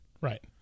Right